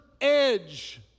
edge